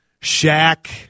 Shaq